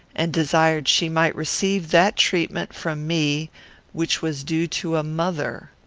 and desired she might receive that treatment from me which was due to a mother.